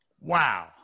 Wow